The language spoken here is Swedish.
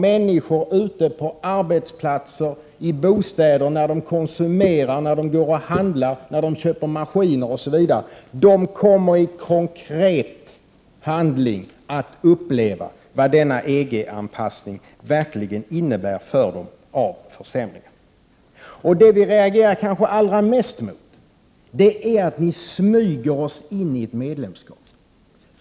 Människor ute på arbetsplatserna, i bostäderna, när de konsumerar, när de handlar, när de köper maskiner osv., kommer i konkret handling att uppleva vad denna EG-anpassning verkligen innebär för dem i form av försämringar. Vad vi reagerar kanske allra mest mot är att ni smyger oss in i ett medlemskap.